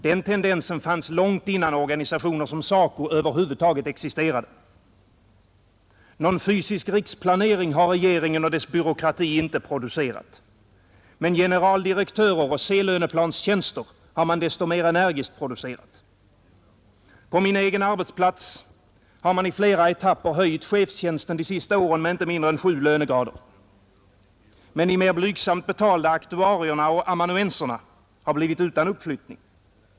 Den tendensen fanns långt innan organisationer som SACO över huvud taget existerade. Någon fysisk riksplanering har regeringen och dess byråkrati inte producerat. Men generaldirektörer och C-löneplanstjänster har man desto mer energiskt producerat. På min egen arbetsplats har man i flera etapper höjt chefstjänsten de senaste åren med inte mindre än sju lönegrader. Men de mer blygsamt betalda aktuarierna och amanuenserna har blivit utan uppflyttning.